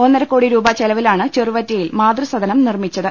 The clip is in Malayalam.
ഒന്നരക്കോടി രൂപ ചെലവിലാണ് ചെറുവറ്റയിൽ മാതൃ സദനം നിർമ്മിച്ചത്